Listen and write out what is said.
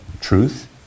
truth